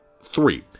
Three